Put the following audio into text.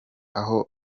aho